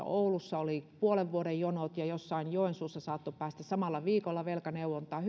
oulussa oli puolen vuoden jonot ja jossain joensuussa saattoi päästä samalla viikolla velkaneuvontaan